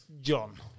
John